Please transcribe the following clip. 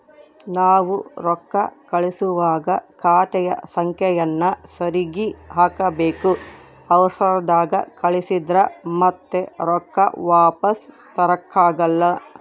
ನಾವು ರೊಕ್ಕ ಕಳುಸುವಾಗ ಖಾತೆಯ ಸಂಖ್ಯೆಯನ್ನ ಸರಿಗಿ ಹಾಕಬೇಕು, ಅವರ್ಸದಾಗ ಕಳಿಸಿದ್ರ ಮತ್ತೆ ರೊಕ್ಕ ವಾಪಸ್ಸು ತರಕಾಗಲ್ಲ